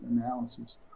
analysis